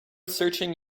searching